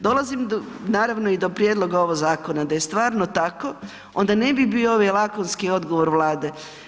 Dolazim do, naravno i do prijedloga ovog zakona, da je stvarno tako onda ne bi bio ovaj lakonski odgovor Vlade.